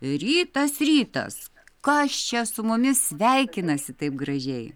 rytas rytas kas čia su mumis sveikinasi taip gražiai